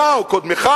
אתה, או קודמך,